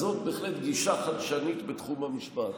זאת בהחלט גישה חדשנית בתחום המשפט.